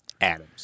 Adams